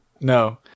no